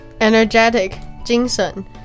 Energetic,精神